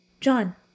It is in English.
John